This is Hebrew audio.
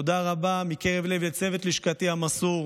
תודה רבה מקרב לב לצוות לשכתי המסור,